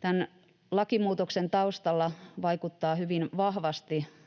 Tämän lakimuutoksen taustalla vaikuttaa hyvin vahvasti